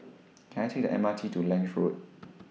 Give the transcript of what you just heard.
Can I Take The M R T to Lange Road